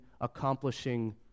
accomplishing